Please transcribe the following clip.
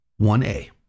1a